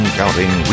counting